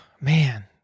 Man